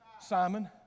Simon